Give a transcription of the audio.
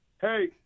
Hey